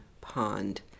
pond